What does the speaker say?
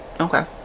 okay